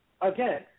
again